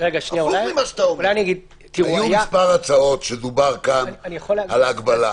היו מספר הצעות שדובר כאן על ההגבלה.